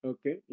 Okay